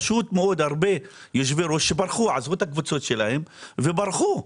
פשוט מאוד הרבה יושבי-ראש עזבו את הקבוצות שלהם וברחו.